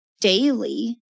daily